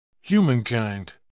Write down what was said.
Humankind